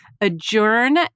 adjourn